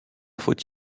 faut